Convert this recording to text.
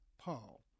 Paul